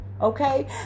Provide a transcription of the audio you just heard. okay